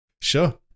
Sure